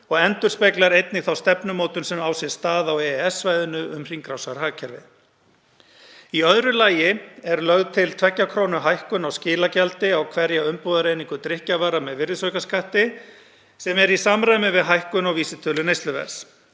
og endurspeglar einnig þá stefnumótun sem á sér stað á EES-svæðinu um hringrásarhagkerfið. Í öðru lagi er lögð til tveggja krónu hækkun á skilagjaldi á hverja umbúðaeiningu drykkjarvara með virðisaukaskatti, sem er í samræmi við hækkun á vísitölu neysluverðs.